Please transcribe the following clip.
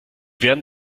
werden